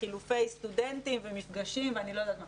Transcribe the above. לחילופי סטודנטים ומפגשים ואני לא יודעת מה.